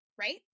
right